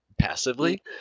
passively